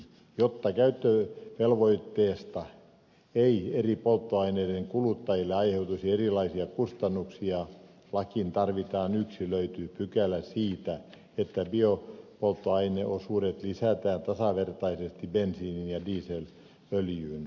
jotta käyttövelvoitteesta ei eri polttoaineiden kuluttajille aiheutuisi erilaisia kustannuksia lakiin tarvitaan yksilöity pykälä siitä että biopolttoaineosuudet lisätään tasavertaisesti bensiiniin ja dieselöljyyn